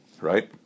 right